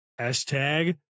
Hashtag